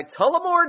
Tullamore